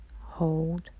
hold